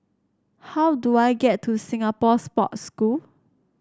how do I get to Singapore Sports School